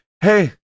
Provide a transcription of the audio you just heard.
Hey